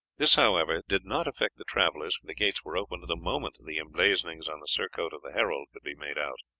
this, however, did not affect the travellers, for the gates were opened the moment the emblazonings on the surcoat of the herald could be made out.